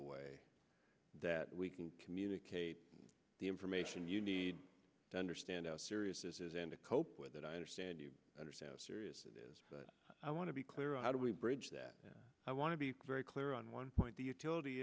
a way that we can communicate the information you need to understand how serious this is and to cope with it i understand you understand how serious it is but i want to be clear how do we bridge that i want to be very clear on one point the utility